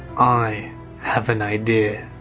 i have an idea.